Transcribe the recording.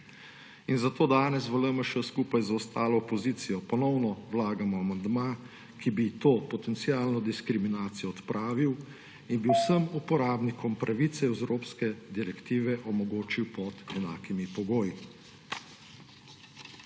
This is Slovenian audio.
Zato danes v LMŠ skupaj z ostalo opozicijo ponovno vlagamo amandma, ki bi to potencialno diskriminacijo odpravil in bi vsem uporabnikom pravice iz evropske direktive omogočil pod enakimi pogoji.